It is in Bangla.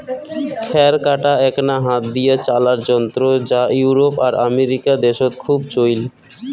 খ্যার কাটা এ্যাকনা হাত দিয়া চালার যন্ত্র যা ইউরোপ আর আমেরিকা দ্যাশত খুব চইল